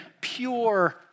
pure